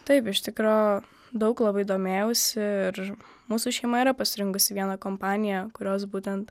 taip iš tikro daug labai domėjausi ir mūsų šeima yra pasirinkusi vieną kompaniją kurios būtent